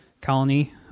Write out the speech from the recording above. colony